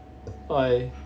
why